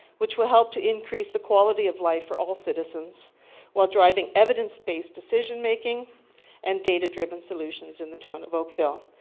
which will help to increase the quality of life for all citizens while driving evidence based decision making and data driven solutions in the town of oakville.